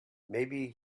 maybe